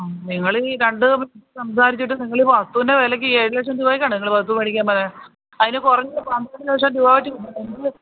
ആ നിങ്ങൾ ഈ കണ്ട് സംസാരിച്ചിട്ട് നിങ്ങൾ ഈ വസ്തുവിൻ്റെ വിലക്ക് ഈ ഏഴ് ലക്ഷം രൂപയ്ക്കാണോ നിങ്ങൾ ഈ വസ്തു വേടിക്കാന് പോണേ അതിന് കുറഞ്ഞത് പന്ത്രണ്ട് ലക്ഷം രൂപ വച്ച് കിട്ടും